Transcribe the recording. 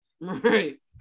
Right